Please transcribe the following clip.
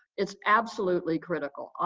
it's absolutely critical